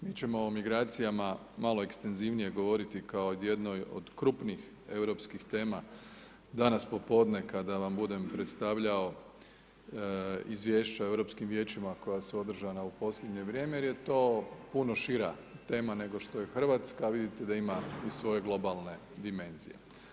Mi ćemo o migracijama malo ekstenzivnije govoriti kao o jednoj od krupnih europskih tema danas popodne kada vam budem predstavljao Izvješća o europskim vijećima koja su održana u posljednje vrijeme, jer je to puno šira tema nego što je Hrvatska, vidite da ima i svoje globalne dimenzije.